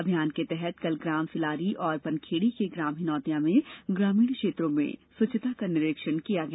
अभियान के तहत कल ग्राम सिलारी और बनखेड़ी के ग्राम हिनौतिया में ग्रामीण क्षेत्रों में स्वच्छता का निरीक्षण किया गया